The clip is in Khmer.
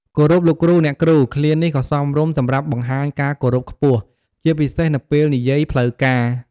"គោរពលោកគ្រូ អ្នកគ្រូ" ឃ្លានេះក៏សមរម្យសម្រាប់បង្ហាញការគោរពខ្ពស់ ជាពិសេសនៅពេលនិយាយផ្លូវការ។